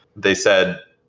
they said,